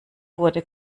wurde